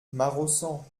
maraussan